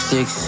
Six